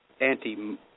anti